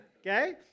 okay